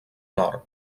nord